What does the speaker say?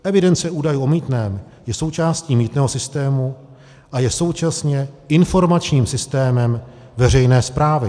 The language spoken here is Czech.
Evidence údajů o mýtném je součástí mýtného systému a je současně informačním systémem veřejné správy.